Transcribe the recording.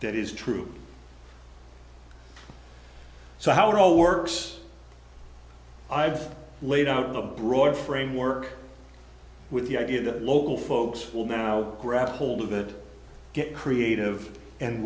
that is true so how it all worse i've laid out a broad framework with the idea that local folks will know grab hold of it get creative and